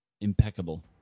Impeccable